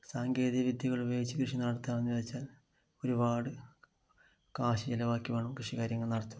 സാങ്കേതിക വിദ്യകൾ ഉയോഗിച്ച് കൃഷി നടത്താമെന്ന് വച്ചാൽ ഒരുപാട് കാശ് ചിലവാക്കി വേണം കൃഷി കാര്യങ്ങൾ നടത്താൻ